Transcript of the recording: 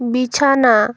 বিছানা